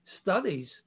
studies